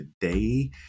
today